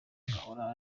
agahora